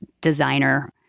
designer